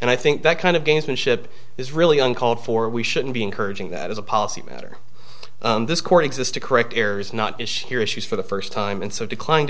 and i think that kind of gamesmanship is really uncalled for we shouldn't be encouraging that as a policy matter this court exist to correct errors not here issues for the first time and so declined